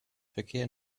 verkehr